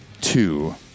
two